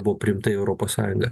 buvo priimta į europos sąjungą